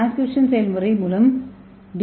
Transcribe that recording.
transcription செயல்முறை மூலம் D